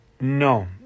No